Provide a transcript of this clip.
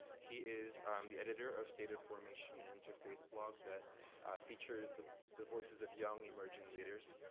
he is um the editor of stated of formation, an interfaith blog that features the the voices of young, emerging leaders.